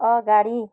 अगाडि